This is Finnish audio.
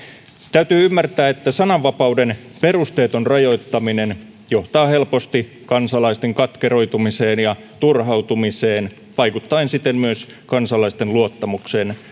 täytyy ymmärtää että sananvapauden perusteeton rajoittaminen johtaa helposti kansalaisten katkeroitumiseen ja turhautumiseen vaikuttaen siten myös kansalaisten luottamukseen